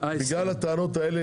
ובגלל הטענות האלה,